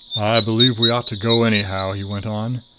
i believe we ought to go, anyhow, he went on.